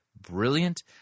Brilliant